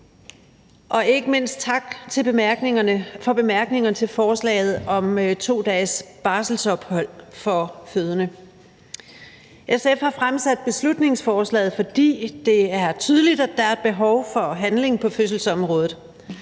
Og ikke mindst tak for bemærkningerne til forslaget om 2 dages barselsophold for fødende. SF har fremsat beslutningsforslaget, fordi det er tydeligt, at der er behov for handling på fødselsområdet.